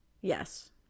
Yes